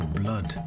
blood